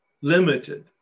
Limited